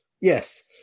Yes